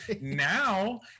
Now